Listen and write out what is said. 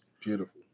Beautiful